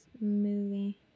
movie